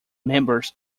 members